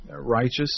righteous